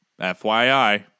FYI